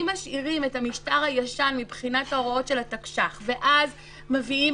אם משאירים את המשטר הישן מבחינת הוראות התקש"ח ואז מביאים